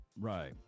Right